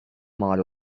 mal